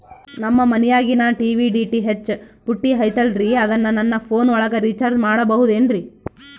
ನಮ್ಮ ಮನಿಯಾಗಿನ TV DTH ಪುಟ್ಟಿ ಐತಲ್ರೇ ಅದನ್ನ ನನ್ನ ಪೋನ್ ಒಳಗ ರೇಚಾರ್ಜ ಮಾಡಸಿಬಹುದೇನ್ರಿ?